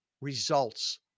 results